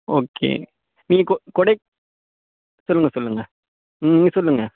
okay நீங்கள் கொ கொடைக் சொல்லுங்கள் சொல்லுங்கள் நீங்கள் சொல்லுங்கள்